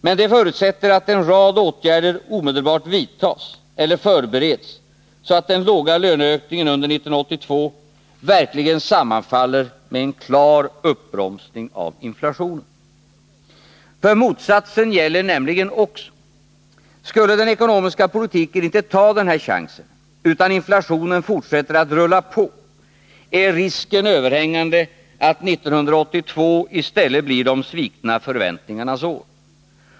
Men det förutsätter att en rad åtgärder omedelbart vidtas eller förbereds, så att den låga löneökningen under 1982 verkligen sammanfaller med en klar uppbromsning av inflationen. Motsatsen gäller nämligen också. Skulle man i den ekonomiska politiken inte ta den här chansen utan inflationen fortsätter att rulla på är risken överhängande att 1982 i stället blir de svikna förväntningarnas år.